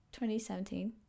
2017